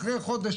אחרי חודש